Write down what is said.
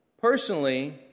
personally